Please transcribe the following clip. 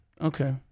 Okay